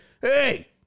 hey